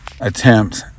attempt